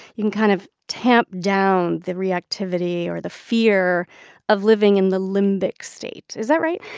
you can kind of tamp down the reactivity or the fear of living in the limbic state. is that right?